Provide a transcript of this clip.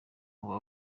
uba